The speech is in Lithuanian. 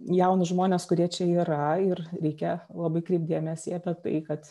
jaunus žmones kurie čia yra ir reikia labai kreipt dėmesį apie tai kad